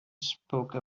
spoke